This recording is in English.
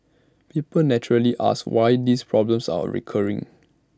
people naturally ask why these problems are recurring